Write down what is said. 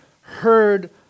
heard